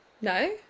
No